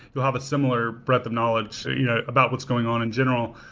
they'll have a similar breadth of knowledge you know about what's going on in general,